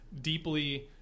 deeply